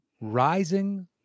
rising